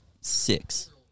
six